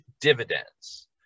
dividends